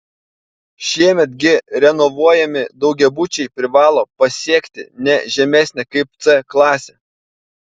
šiemet gi renovuojami daugiabučiai privalo pasiekti ne žemesnę kaip c klasę